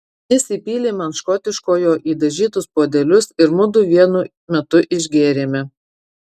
jis įpylė man škotiškojo į dažytus puodelius ir mudu vienu metu išgėrėme